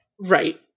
Right